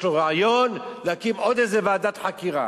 לו רעיון להקים עוד איזה ועדת חקירה,